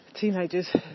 teenagers